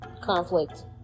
conflict